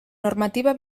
normativa